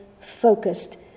focused